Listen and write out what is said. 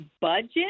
budget